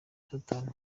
satani